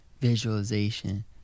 visualization